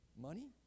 Money